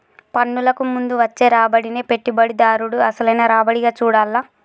పన్నులకు ముందు వచ్చే రాబడినే పెట్టుబడిదారుడు అసలైన రాబడిగా చూడాల్ల